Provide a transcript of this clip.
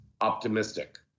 optimistic